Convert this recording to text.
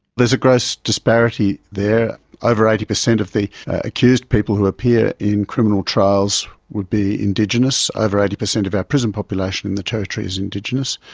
there's a gross disparity there. over eighty percent of the accused people who appear in criminal trials would be indigenous. over eighty percent of our prison population in the territory is indigenous,